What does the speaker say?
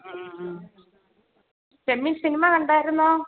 ചെമ്മീൻ cinema കണ്ടായിരുന്നോ